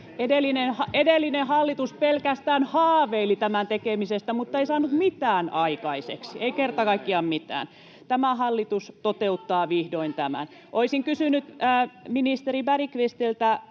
Edellinen hallitus pelkästään haaveili tämän tekemisestä, mutta ei saanut mitään aikaiseksi, ei kerta kaikkiaan mitään. Tämä hallitus toteuttaa vihdoin tämän. [Krista Kiurun välihuuto] Olisin kysynyt ministeri Bergqvistiltä,